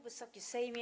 Wysoki Sejmie!